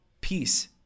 Peace